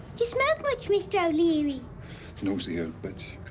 do you smoke much, mr. o'leary? nosy old bitch.